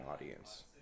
audience